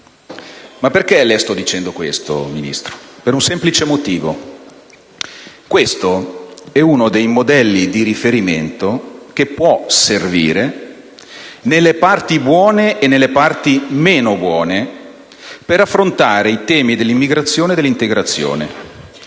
Perché le sto dicendo questo, Ministro? Per un semplice motivo: questo è uno dei modelli di riferimento che può servire, nelle parti buone e in quelle meno buone, per affrontare i temi dell'immigrazione e dell'integrazione.